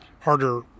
Harder